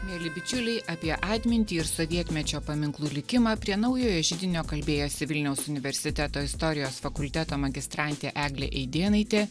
mieli bičiuliai apie atmintį ir sovietmečio paminklų likimą prie naujojo židinio kalbėjosi vilniaus universiteto istorijos fakulteto magistrantė eglė eidėnaitė